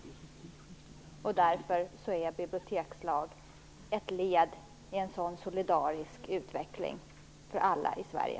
Därför är en bibliotekslag ett led i en sådan solidarisk utveckling för alla i Sverige.